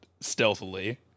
stealthily